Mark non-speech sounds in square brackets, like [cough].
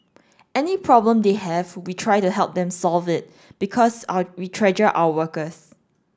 any problem they have we try to help them to solve it because [hesitation] we treasure our workers